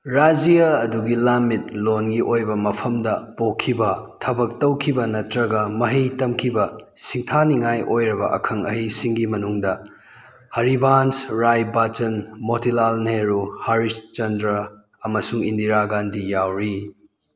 ꯔꯥꯖ꯭ꯌ ꯑꯗꯨꯒꯤ ꯂꯝꯃꯤꯠ ꯂꯣꯟꯒꯤ ꯑꯣꯏꯕ ꯃꯐꯝꯗ ꯄꯣꯛꯈꯤꯕ ꯊꯕꯛ ꯇꯧꯈꯤꯕ ꯅꯠꯇ꯭ꯔꯒ ꯃꯍꯩ ꯇꯝꯈꯤꯕ ꯁꯤꯡꯊꯥꯅꯤꯉꯥꯏ ꯑꯣꯏꯔꯕ ꯑꯈꯪ ꯑꯍꯩꯁꯤꯡꯒꯤ ꯃꯅꯨꯡꯗ ꯍꯔꯤꯚꯥꯟꯁ ꯔꯥꯏ ꯕꯥꯆꯟ ꯃꯣꯇꯤꯂꯥꯜ ꯅꯦꯍꯔꯨ ꯍꯔꯤꯆꯟꯗ꯭ꯔ ꯑꯃꯁꯨꯡ ꯏꯟꯗꯤꯔꯥ ꯒꯥꯟꯙꯤ ꯌꯥꯎꯔꯤ